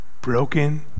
broken